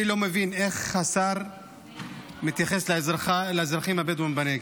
אני לא מבין איך השר מתייחס לאזרחים הבדואים בנגב.